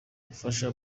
ubufasha